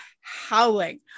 howling